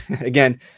Again